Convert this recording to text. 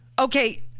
Okay